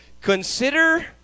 Consider